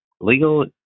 legal